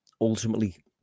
ultimately